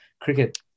cricket